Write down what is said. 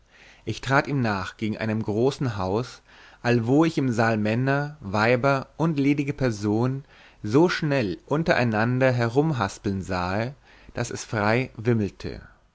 ich trat ihm nach gegen einem großen haus allwo ich im saal männer weiber und ledige personen so schnell untereinander herumhaspeln sahe daß es frei wimmelte